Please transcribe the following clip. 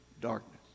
darkness